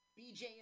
BJ